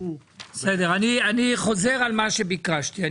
אני חוזר על מה שביקשתי.